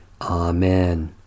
Amen